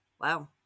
wow